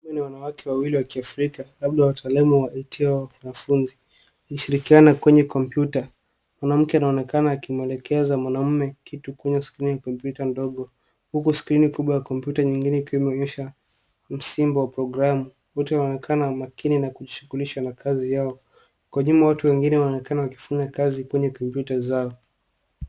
Hawa ni wanawake wawili wa kiafrika labda wataalamu wa IT au wanafunzi wakishirikiana kwenye kompyuta. Mwanamke anaoenakana akimwelekeza mwanamume kitu kwenye skrini ya kompyuta ndogo huku skrini kubwa ya kopyuta nyingine ikiwa imeonyesha msimbo wa programu. Wote wanaonekana makini na kujishughulisha na kazi yao. Kwa nyuma watu wengine wanaonekana wakifanya kazi kwenye kompyuta zao.